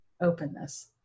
openness